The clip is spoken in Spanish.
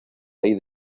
hay